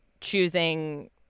choosing